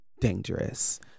dangerous